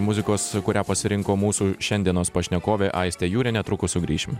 muzikos kurią pasirinko mūsų šiandienos pašnekovė aistė jūrė netrukus sugrįšim